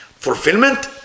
Fulfillment